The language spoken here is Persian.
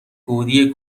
گودی